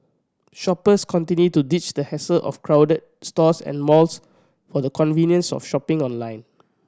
shoppers continue to ditch the hassle of crowded stores and malls for the convenience of shopping online